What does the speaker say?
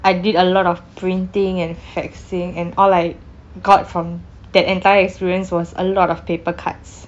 I did a lot of printing and faxing and all I got from that entire experience was a lot of paper cuts